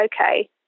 okay